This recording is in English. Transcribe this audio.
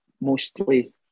mostly